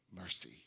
mercy